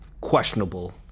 questionable